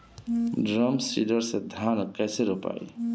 Drum seeder से धान कैसे रोपाई?